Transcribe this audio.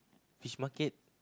Fish Market